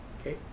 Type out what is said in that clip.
Okay